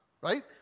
Right